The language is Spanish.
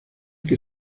que